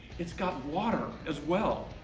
it's got water as well.